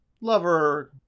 lover